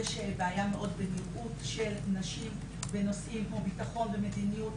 יש בעיה מאוד בניראות של נשים בנושאים כמו בטחון ומדיניות,